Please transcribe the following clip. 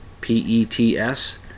P-E-T-S